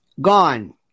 gone